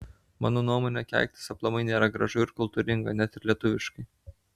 mano nuomone keiktis aplamai nėra gražu ir kultūringa net ir lietuviškai